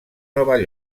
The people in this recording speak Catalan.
nova